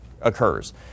occurs